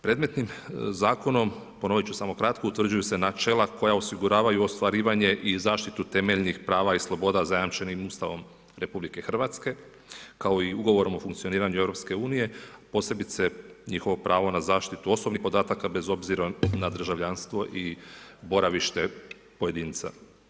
Predmetnim zakonom, ponovit ću samo kratko, utvrđuju se načela koja osiguravaju ostvarivanje i zaštitu temeljnih prava i sloboda zajamčenim Ustavom RH, kao i ugovorom o funkcioniranju EU, posebice njihovo pravo na zaštitu osobnih podataka, bez obzira na državljanstvo i boravište pojedinca.